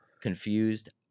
confused